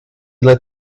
lit